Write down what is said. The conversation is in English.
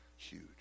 Huge